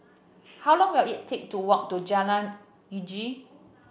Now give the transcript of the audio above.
how long will it take to walk to Jalan Uji